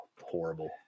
horrible